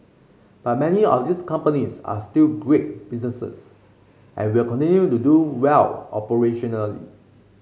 but many of these companies are still great businesses and will continue to do well operationally